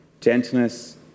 gentleness